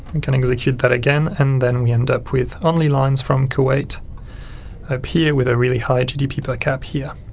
and can execute that again and then we end up with only lines from kuwait up here with a really high gdppercap here.